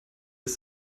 ist